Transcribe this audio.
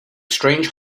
strange